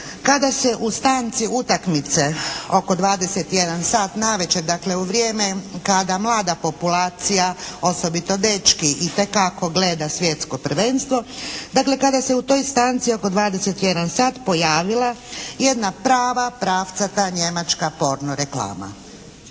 kada se u stanci utakmice oko 21 sat navečer, dakle u vrijeme kada mlada populacija, osobito dečki itekako gleda Svjetsko prvenstvo, dakle kada se u toj stanci oko 21 sat pojavila jedna prava pravcata njemačka porno reklama.